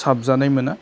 साबजानाय मोना